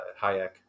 Hayek